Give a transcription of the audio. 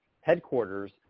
headquarters